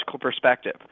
perspective